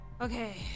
okay